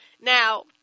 Now